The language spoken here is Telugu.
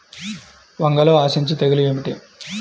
వంగలో ఆశించు తెగులు ఏమిటి?